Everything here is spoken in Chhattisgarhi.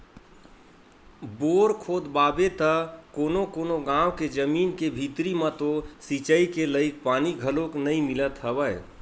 बोर खोदवाबे त कोनो कोनो गाँव के जमीन के भीतरी म तो सिचई के लईक पानी घलोक नइ मिलत हवय